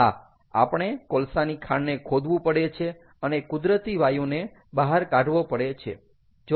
હા આપણે કોલસાની ખાણને ખોદવું પડે છે અને કુદરતી વાયુને બહાર કાઢવો પડે છે